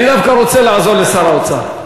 אני דווקא רוצה לעזור לשר האוצר.